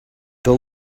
the